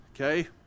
Okay